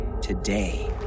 today